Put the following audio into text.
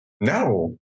No